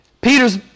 Peter's